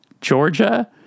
Georgia